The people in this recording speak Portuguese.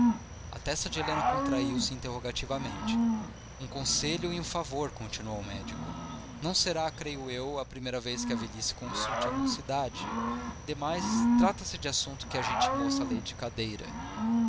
a testa de helena contraiu se interrogativamente um conselho e um favor continuou o médico não será creio eu a primeira vez que a velhice consulte a mocidade demais trata-se de assunto em que a gente moça lê de cadeira